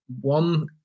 one